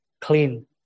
clean